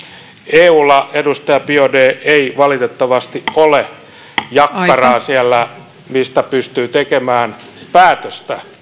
eulla edustaja biaudet ei valitettavasti ole siellä jakkaraa mistä pystyy tekemään päätöstä